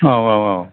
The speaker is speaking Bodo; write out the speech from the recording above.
औ औ औ